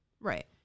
Right